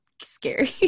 scary